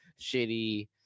shitty